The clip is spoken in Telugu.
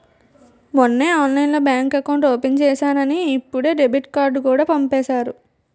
మొన్నే ఆన్లైన్లోనే బాంక్ ఎకౌట్ ఓపెన్ చేసేసానని ఇప్పుడే డెబిట్ కార్డుకూడా పంపేసారు